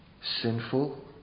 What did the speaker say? sinful